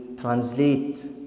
translate